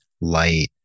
light